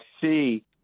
see